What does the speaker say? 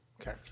Okay